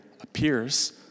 appears